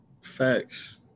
Facts